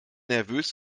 nervös